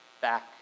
back